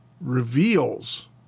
reveals